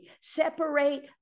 separate